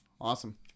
awesome